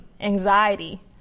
anxiety